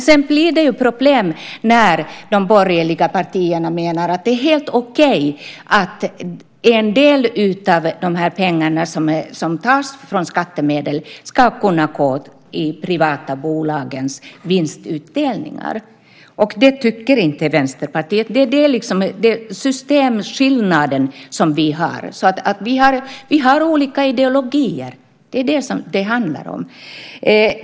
Sedan blir det problem när de borgerliga partierna menar att det är helt okej att en del av de pengar som tas från skattemedel ska kunna gå till de privata bolagens vinstutdelningar. Det tycker inte Vänsterpartiet. Det är den systemskillnad som vi har. Vi har olika ideologier. Det är det som det handlar om.